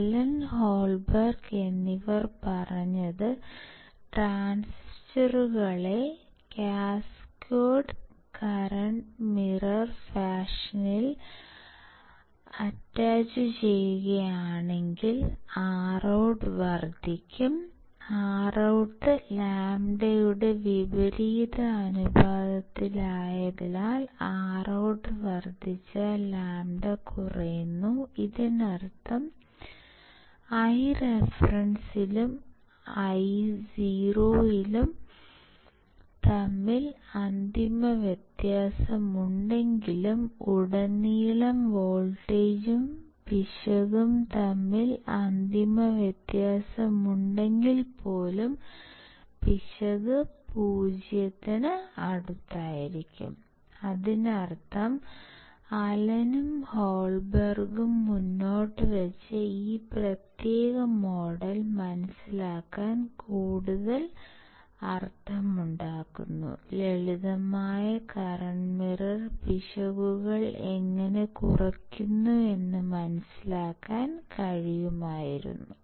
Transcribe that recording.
Allen Holberg എന്നിവർ പറഞ്ഞത് ട്രാൻസിസ്റ്ററുകളെ കാസ്കേഡ് കറന്റ് മിറർ ഫാഷനിൽ അറ്റാച്ചുചെയ്യുകയാണെങ്കിൽ ROUT വർദ്ധിക്കും ROUT λ യുടെ വിപരീത അനുപാതത്തിലായതിനാൽ ROUT വർദ്ധിച്ചാൽ λ കുറയുന്നു ഇതിനർത്ഥം Ireference ലും Ioയിലും തമ്മിൽ അന്തിമ വ്യത്യാസമുണ്ടെങ്കിലും ഉടനീളം വോൾട്ടേജും പിശകും തമ്മിൽ അന്തിമ വ്യത്യാസമുണ്ടെങ്കിൽ പോലും പിശക് 0 ന് അടുത്തായിരിക്കും അതിനർത്ഥം അലനും ഹോൾബെർഗും മുന്നോട്ടുവച്ച ഈ പ്രത്യേക മോഡൽ മനസിലാക്കാൻ കൂടുതൽ അർത്ഥമുണ്ടാക്കുന്നു ലളിതമായ കറന്റ് മിറർ പിശകുകൾ എങ്ങനെ കുറയ്ക്കുന്നു എന്ന് മനസ്സിലാക്കാൻ കഴിയുമായിരുന്നു